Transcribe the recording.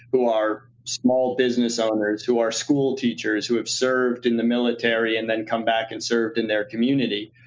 who are small business owners, who are school teachers, who have served in the military and then come back and served in their community,